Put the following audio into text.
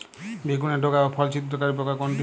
বেগুনের ডগা ও ফল ছিদ্রকারী পোকা কোনটা?